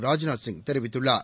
ராஜ்நாத்சிங் தெரிவித்துள்ளார்